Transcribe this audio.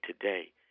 today